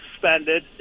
suspended